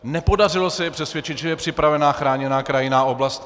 Nepodařilo se je přesvědčit, že je připravena chráněná krajinná oblast.